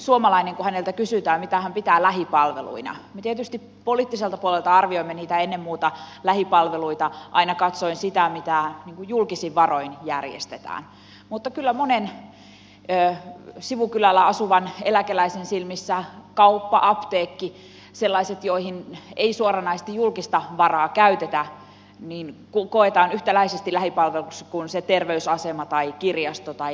kun suomalaiselta kysytään mitä hän pitää lähipalveluina tietysti poliittiselta puolelta arvioimme ennen muuta lähipalveluita aina katsoen sitä mitä julkisin varoin järjestetään mutta kyllä monen sivukylällä asuvan eläkeläisen silmissä kauppa apteekki sellaiset joihin ei suoranaisesti julkista varaa käytetä koetaan yhtäläisesti lähipalveluiksi kuin se terveysasema tai kirjasto tai lähikoulu